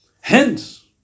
Hence